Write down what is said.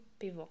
pivo